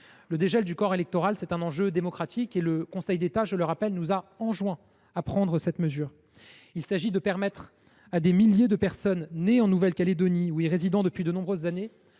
Le dégel du corps électoral est un enjeu démocratique ; je rappelle que le Conseil d’État nous a enjoint de prendre cette mesure. Il s’agit de permettre à des milliers de personnes nées en Nouvelle Calédonie, ou y résidant depuis de nombreuses années,